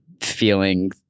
feeling